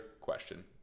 question